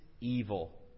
evil